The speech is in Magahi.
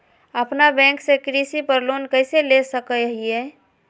अपना बैंक से कृषि पर लोन कैसे ले सकअ हियई?